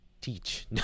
teach